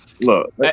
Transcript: look